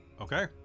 okay